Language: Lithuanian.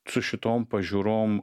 su šitom pažiūrom